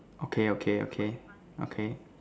okay okay okay okay